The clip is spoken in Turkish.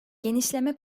genişleme